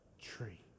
tree